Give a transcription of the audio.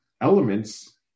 elements